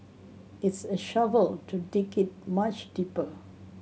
it's a shovel to dig it much deeper